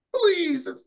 please